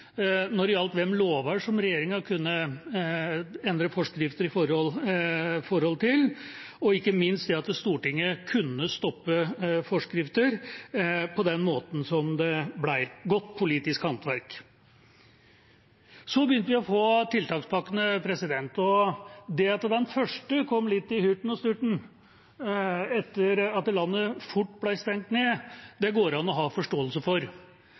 når det gjaldt for hvilke lover regjeringa kunne endre forskrifter, og ikke minst at Stortinget kunne stoppe forskrifter. Det var godt politisk håndverk. Så begynte vi å få tiltakspakkene. Og det at den første kom litt i hurten og sturten, etter at landet fort ble stengt ned, går det an å ha forståelse for.